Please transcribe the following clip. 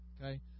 Okay